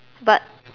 but